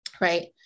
Right